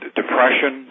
depression